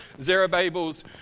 Zerubbabel's